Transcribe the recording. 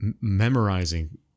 memorizing